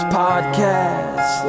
podcast